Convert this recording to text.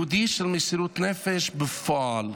יהודי של מסירות נפש בפועל.